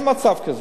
אין מצב כזה.